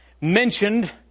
mentioned